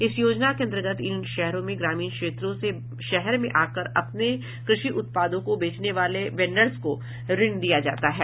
इस योजना के अंतर्गत इन शहरों में ग्रामीण क्षेत्रों से शहर में आकर अपने कृषि उत्पादों को बेचने वाले वेंडर्स को ऋण दिया जाता है